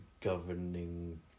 governing